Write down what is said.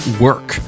work